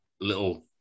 little